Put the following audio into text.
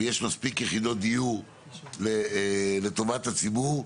ויש מספיק יחידות דיור לטובת הציבור,